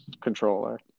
Controller